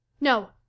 No